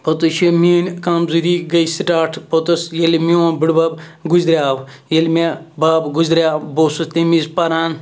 پوٚتُس چھِ میٛٲنۍ کمزوٗری گٔے سٕٹاٹ پوٚتُس ییٚلہِ میون بٔڈۍ بَب گُزریٛوو ییٚلہِ مےٚ بَب گُزریٛوو بہٕ اوسُس تمہِ وِز پَران